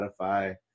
Spotify